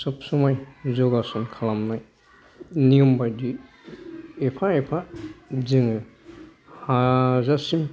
सबसमाय यगासन खालामनाय नियम बादियै एफा एफा जोङो हाजासिम